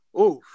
Oof